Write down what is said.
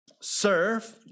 Serve